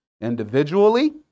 individually